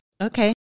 Okay